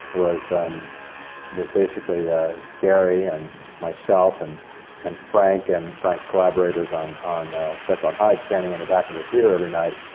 was was basically gary and myself and and frank and frank's collaborators on on jekyll and hyde standing in the back of the theatre every night,